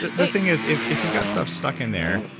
the thing is if if you've got stuff stuck in there,